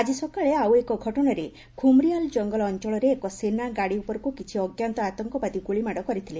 ଆଜି ସକାଳେ ଆଉ ଏକ ଘଟଣାରେ ଖୁମ୍ରିଆଲ୍ କଙ୍ଗଲ ଅଞ୍ଚଳରେ ଏକ ସେନା ଗାଡ଼ି ଉପରକୁ କିଛି ଅଜ୍ଞାତ ଆତଙ୍କବାଦୀ ଗୁଳିମାଡ଼ କରିଥିଲେ